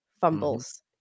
fumbles